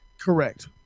Correct